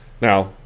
Now